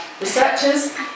researchers